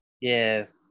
Yes